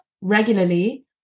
regularly